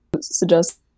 suggest